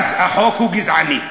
אז החוק הוא גזעני.